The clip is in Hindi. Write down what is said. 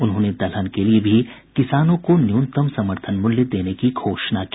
उन्होंने दलहन के लिये भी किसानों को न्यूनतम समर्थन मूल्य देने की घोषणा की